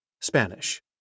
Spanish